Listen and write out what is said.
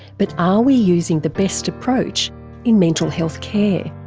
but are we using the best approach in mental health care?